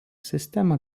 sistema